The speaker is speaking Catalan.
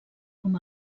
com